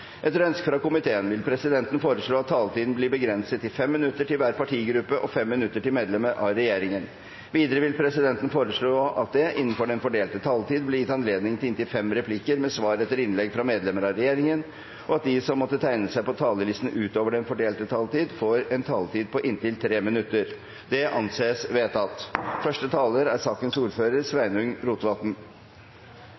Etter ønske fra arbeids- og sosialkomiteen vil presidenten foreslå at taletiden blir begrenset til 5 minutter til hver partigruppe og 5 minutter til medlemmer av regjeringen. Videre vil presidenten foreslå at det blir gitt anledning til inntil fem replikker med svar etter innlegg fra medlemmer av regjeringen innenfor den fordelte taletid, og at de som måtte tegne seg på talerlisten utover den fordelte taletid, får en taletid på inntil 3 minutter. – Det anses vedtatt. Dette er